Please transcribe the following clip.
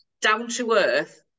down-to-earth